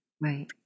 Right